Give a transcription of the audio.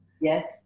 Yes